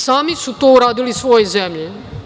Sami su to uradili svojoj zemlji.